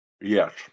Yes